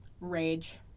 Rage